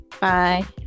Bye